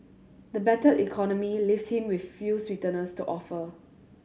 the battered economy leaves him with few sweeteners to offer